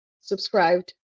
subscribed